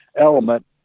element